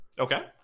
Okay